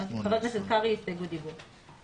חבר הכנסת קרעי, הסתייגות דיבור.